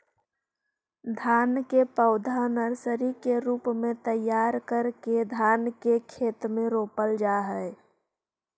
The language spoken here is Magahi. धान के पौधा नर्सरी के रूप में तैयार करके धान के खेत में रोपल जा हइ